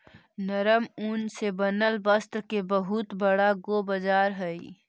नरम ऊन से बनल वस्त्र के बहुत बड़ा गो बाजार हई